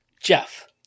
Jeff